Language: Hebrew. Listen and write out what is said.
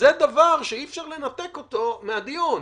וזה דבר שאי אפשר לנתק אותו מהדיון.